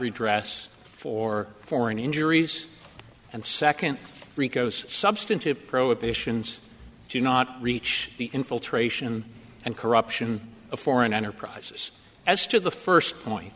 redress for foreign injuries and second ricos substantive prohibitions do not reach the infiltration and corruption of foreign enterprises as to the first point